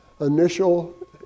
initial